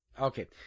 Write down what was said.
Okay